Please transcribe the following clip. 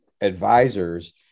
advisors